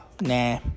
nah